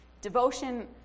Devotion